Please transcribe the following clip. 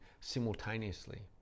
simultaneously